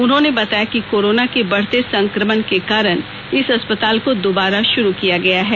उन्होंने बताया कि कोरोना के बढ़ते संक्रमण के कारण इस अस्पताल को दुबारा शुरू किया गया है